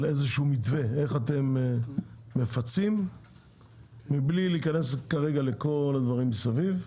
איזה שהוא מתווה איך אתם מפצים מבלי להיכנס כרגע לכל הדברים מסביב.